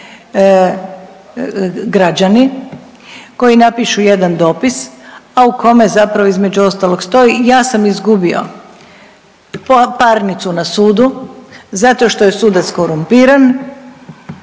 građani koji napišu jedan dopis, a u kome zapravo između ostalog stoji, ja sam izgubio parnicu na sudu zato što je sudac korumpiran